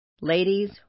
Ladies